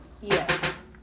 Yes